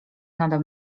nade